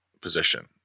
position